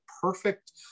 perfect